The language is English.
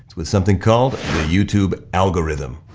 with something called, the youtube algorithm.